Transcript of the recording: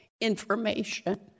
information